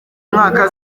mwaka